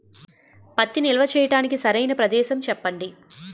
పత్తి నిల్వ చేయటానికి సరైన ప్రదేశం చెప్పండి?